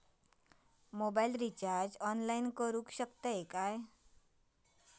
Mobile recharge online करुक शकतू काय?